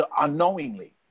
unknowingly